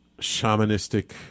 shamanistic